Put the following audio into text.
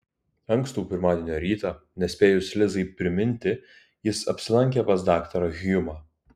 ankstų pirmadienio rytą nespėjus lizai priminti jis apsilankė pas daktarą hjumą